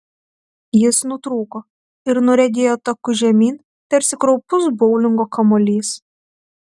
jis nutrūko ir nuriedėjo taku žemyn tarsi kraupus boulingo kamuolys